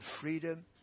freedom